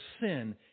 sin